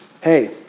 hey